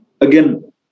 Again